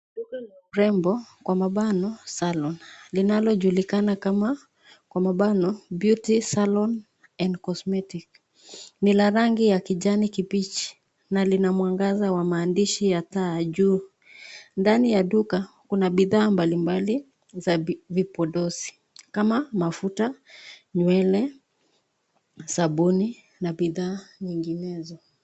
Duka la urembo kwa mabano salon linalojulikana kama kwa mabano beauty salon and cosmetic ni la rangi ya kijani kibichi na lina mwangaza wa maandishi ya taa juu, ndani ya duka kuna bidhaa mbalimbali za vipodozi kama mafuta, nywele, sabuni na bidhaa nyinginezo.